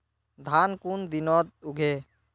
धान कुन दिनोत उगैहे